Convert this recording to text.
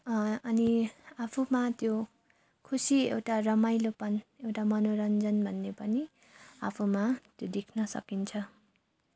अनि आफूमा त्यो खुसी एउटा रमाइलोपन एउटा मनोरन्जन भन्ने पनि आफूमा त्यो देख्न सकिन्छ